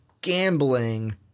gambling